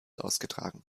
ausgetragen